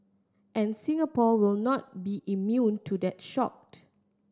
and Singapore will not be immune to that shocked